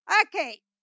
Okay